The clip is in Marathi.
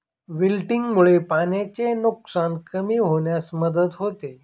विल्टिंगमुळे पाण्याचे नुकसान कमी होण्यास मदत होते